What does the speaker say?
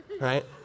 right